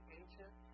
ancient